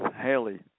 Haley